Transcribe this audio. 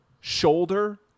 Shoulder